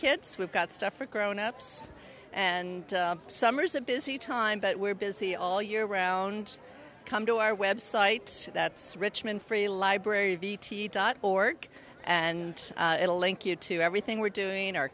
kids we've got stuff for grownups and summer's a busy time but we're busy all year round come to our website that's richmond free library v t dot org and a link you to everything we're doing o